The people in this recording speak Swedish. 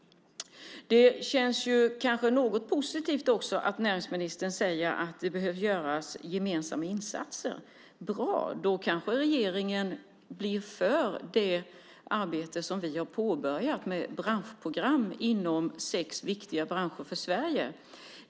Det känns något positivt också att näringsministern säger att det behöver göras gemensamma insatser. Bra! Då kanske regeringen blir positiv till det arbete som vi har påbörjat med branschprogram inom sex viktiga branscher för Sverige.